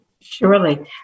Surely